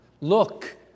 Look